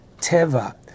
Teva